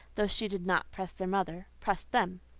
though she did not press their mother, pressed them.